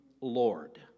Lord